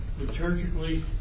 liturgically